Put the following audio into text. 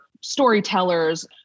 storytellers